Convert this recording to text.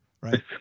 Right